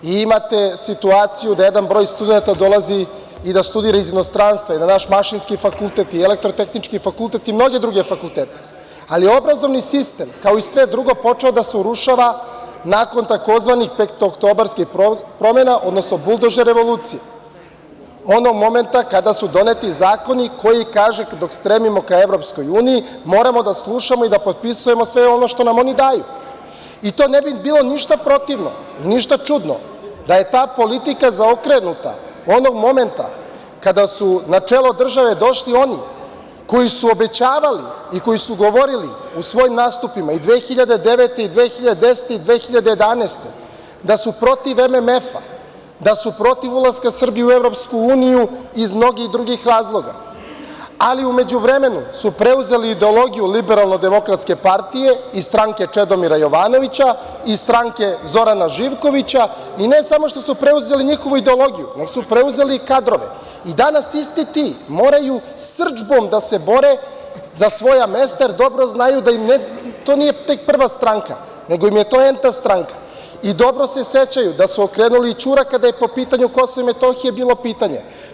Imate situaciju da jedan broj studenata dolazi i da studira iz inostranstva naš Mašinski fakultet i naš ETF i mnogi drugi, ali je obrazovni sistem, kao i sve drugo, počeo da se urušava nakon tzv. petooktobarskih promena, odnosno „buldožer revolucije“, onog momenta kada su doneti zakoni koji, kaže, dok stremimo ka EU moramo da slušamo i da potpisujemo sve ono što nam oni daju i to ne bi bilo ništa protivno i ništa čudno da je ta politika zaokrenuta onog momenta kada su na čelo države došli oni koji su obećavali i koji su govorili u svojim nastupima i 2009. i 2010. i 2011. godine da su protiv MMF, da su protiv ulaska Srbije u EU iz mnogih drugih razloga, ali u međuvremenu su preuzeli ideologiju LDP i stranke Čedomira Jovanovića i stranke Zorana Živkovića i ne samo što su preuzeli njihovu ideologiju, nego su preuzeli i kadrove i danas isti ti moraju srdžbom da se bore za svoja mesta, jer dobro znaju da im to nije tek prva stranka, nego im je to N-ta stranka i dobro se sećaju da su okrenuli ćurak kada je po pitanju KiM bilo pitanje.